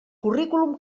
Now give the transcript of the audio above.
currículum